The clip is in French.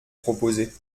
proposé